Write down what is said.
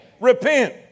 Repent